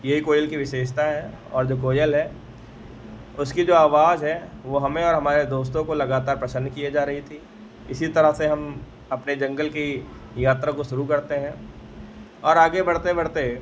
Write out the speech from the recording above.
यही कोयल की विशेषता है और जो कोयल है उसकी जो आवाज़ है वह हमें और हमारे दोस्तों को लगातार प्रसन्न किए जा रही थी इसी तरह से हम अपने जंगल की यात्रा को शुरू करते हैं और आगे बढ़ते बढ़ते